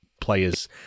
players